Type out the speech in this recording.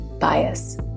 bias